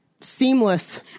Seamless